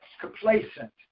complacent